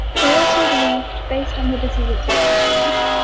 they also believed, based on the decedent's possessions,